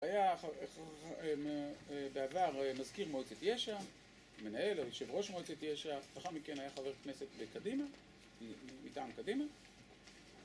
היה בעבר מזכיר מועצת יש"ע, מנהל, או יושב ראש מועצת יש"ע, אחר מכן היה חבר כנסת מקדימה, מטעם קדימה.